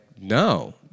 No